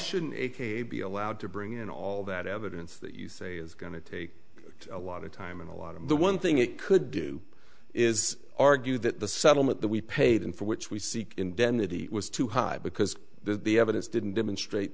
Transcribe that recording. shouldn't be allowed to bring in all that evidence that you say is going to take a lot of time and a lot of the one thing it could do is argue that the settlement that we paid in for which we seek indemnity was too high because the evidence didn't demonstrate